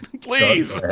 please